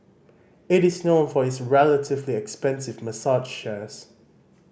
it is known for its relatively expensive massage chairs